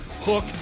hook